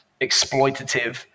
exploitative